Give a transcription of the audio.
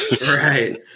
Right